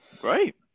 great